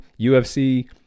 ufc